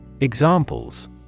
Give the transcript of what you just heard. Examples